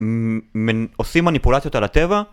עושים מניפולציות על הטבע